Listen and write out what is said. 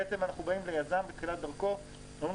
אנחנו באים ליזם בתחילת דרכו ואומרים